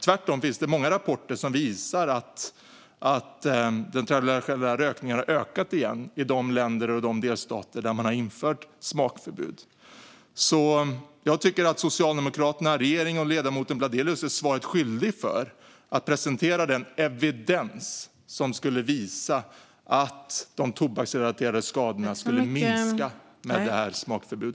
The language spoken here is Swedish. Tvärtom finns det många rapporter som visar att den traditionella rökningen har ökat igen i de länder och delstater där smakförbud har införts. Jag tycker att Socialdemokraterna, regeringen och ledamoten Bladelius blir svaret skyldiga när det gäller att presentera den evidens som skulle visa att de tobaksrelaterade skadorna minskar med ett smakförbud.